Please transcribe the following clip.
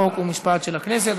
חוק ומשפט של הכנסת.